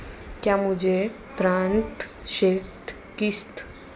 क्या मुझे ऋण किश्त का भुगतान करने के लिए बचत खाता खोलने की आवश्यकता है?